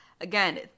Again